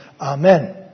amen